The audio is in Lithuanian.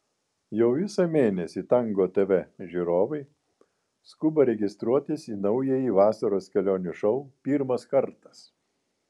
jau visą mėnesį tango tv žiūrovai skuba registruotis į naująjį vasaros kelionių šou pirmas kartas